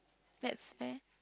that's fair